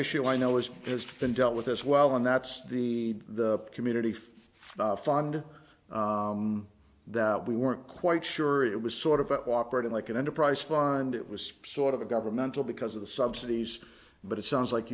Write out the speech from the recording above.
issue i know it's just been dealt with as well and that's the the community for fund that we weren't quite sure it was sort of operating like an enterprise fund it was sort of a governmental because of the subsidies but it sounds like